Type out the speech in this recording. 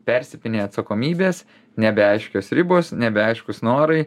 persipynė atsakomybės nebeaiškios ribos nebeaiškūs norai